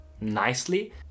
nicely